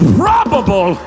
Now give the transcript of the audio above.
probable